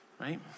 Right